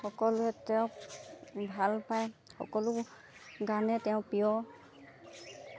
সকলোৱে তেওঁক ভাল পায় সকলো গানেই তেওঁ প্ৰিয়